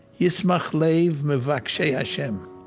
yismach lev m'vakshei hashem